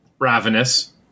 Ravenous